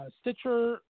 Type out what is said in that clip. Stitcher